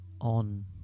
on